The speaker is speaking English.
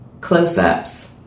Close-ups